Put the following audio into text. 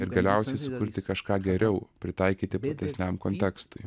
ir galiausiai sukurti kažką geriau pritaikyti platesniam kontekstui